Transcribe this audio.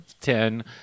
ten